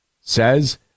says